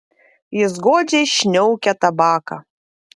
jis godžiai šniaukia tabaką